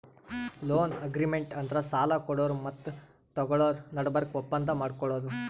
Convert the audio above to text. loan agreement ಅಂದ್ರ ಸಾಲ ಕೊಡೋರು ಮತ್ತ್ ತಗೋಳೋರ್ ನಡಬರ್ಕ್ ಒಪ್ಪಂದ್ ಮಾಡ್ಕೊಳದು